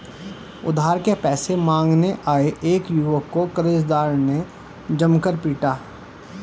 उधार के पैसे मांगने आये एक युवक को कर्जदार ने जमकर पीटा